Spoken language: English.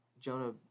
Jonah